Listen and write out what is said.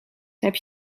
heb